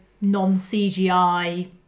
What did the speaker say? non-CGI